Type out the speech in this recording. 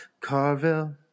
Carvel